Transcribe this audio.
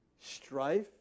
strife